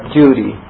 duty